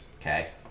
okay